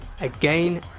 again